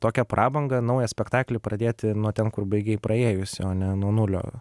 tokią prabangą naują spektaklį pradėti nuo ten kur baigei praėjusį o ne nuo nulio